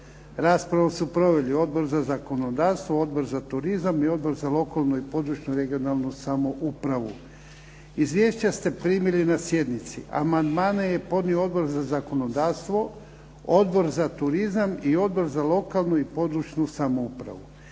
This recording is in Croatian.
Raspravu su proveli Odbor za zakonodavstvo, Odbor za turizam i Odbor za lokalnu i područnu (regionalnu) samoupravu. Izvješća ste primili na sjednici. Amandmane je podnio Odbor za zakonodavstvo, Odbor za turizam i Odbor za lokalnu i područnu samoupravu.